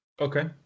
Okay